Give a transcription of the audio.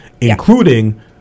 including